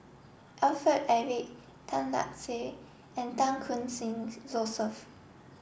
Alfred Eric Tan Lark Sye and Chan Khun Sing Joseph